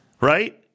Right